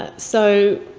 ah so,